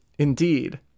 Indeed